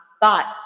thoughts